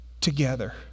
together